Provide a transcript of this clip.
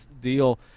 deal